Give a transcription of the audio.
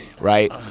Right